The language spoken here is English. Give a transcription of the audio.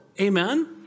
Amen